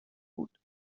بود